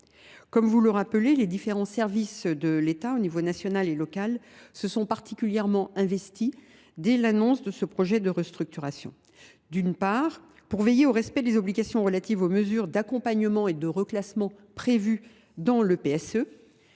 Comme vous le rappelez, les différents services de l’État aux niveaux national et local se sont particulièrement investis dès l’annonce de ce projet de restructuration, d’une part, pour veiller au respect des obligations relatives aux mesures d’accompagnement et de reclassement prévues dans le PSE